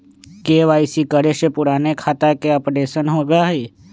KYC करें से पुराने खाता के अपडेशन होवेई?